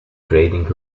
trading